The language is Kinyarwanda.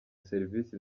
serivisi